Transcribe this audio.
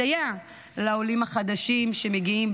מסייע לעולים החדשים שמגיעים,